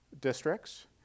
districts